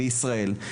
בישראל.